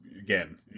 again